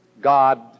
God